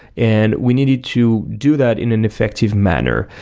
and we needed to do that in an effective manner.